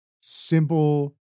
simple